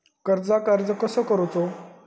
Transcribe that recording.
कर्जाक अर्ज कसो करूचो?